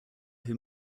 who